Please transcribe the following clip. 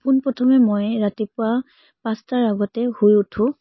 পোনপ্ৰথমে মই ৰাতিপুৱা পাঁচটাৰ আগতে শুই উঠো